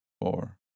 four